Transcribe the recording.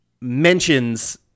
mentions